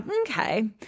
okay